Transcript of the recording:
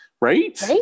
right